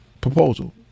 proposal